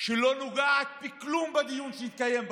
שלא נוגעת בכלום בדיון שהתקיים בוועדה,